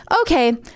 okay